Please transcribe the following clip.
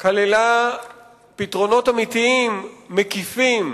כללה פתרונות אמיתיים ומקיפים,